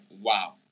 Wow